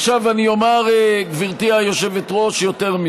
עכשיו, גברתי היושבת-ראש, אני